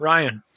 Ryan